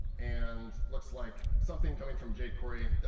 and looks like something coming from jquery.